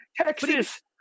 Texas